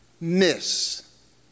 miss